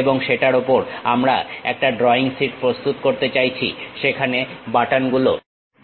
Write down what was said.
এবং সেটার ওপর আমরা একটা ড্রইং শীট প্রস্তুত করতে চাইছি সেখানে বাটন গুলো